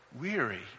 weary